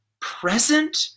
present